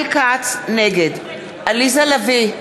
נגד עליזה לביא,